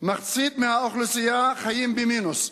מחצית מהאוכלוסייה חיים במינוס,